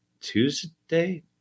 Tuesday